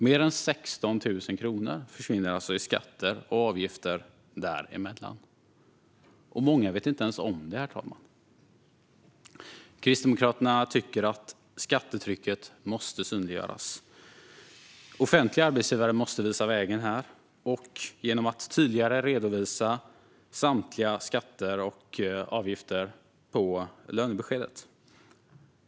Mer än 16 000 kronor försvinner alltså i skatter och avgifter däremellan. Och många vet inte ens om det, herr talman. Kristdemokraterna tycker att skattetrycket måste synliggöras. Offentliga arbetsgivare måste visa vägen genom att tydligare redovisa samtliga skatter och avgifter på lönebeskedet.